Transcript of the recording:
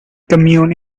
commune